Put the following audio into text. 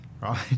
right